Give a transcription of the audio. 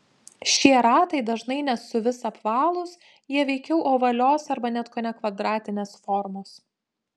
šie ratai dažnai ne suvis apvalūs jie veikiau ovalios arba net kone kvadratinės formos